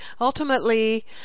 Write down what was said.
ultimately